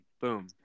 Boom